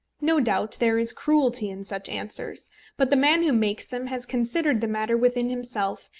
no doubt there is cruelty in such answers but the man who makes them has considered the matter within himself,